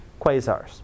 quasars